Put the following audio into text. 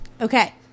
Okay